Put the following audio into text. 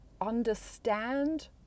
understand